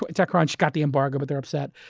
but techcrunch got the embargo but they're upset.